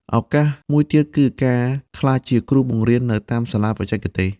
ឱកាសមួយទៀតគឺការក្លាយជាគ្រូបង្រៀននៅតាមសាលាបច្ចេកទេស។